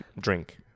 drink